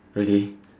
really